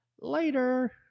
later